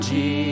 Jesus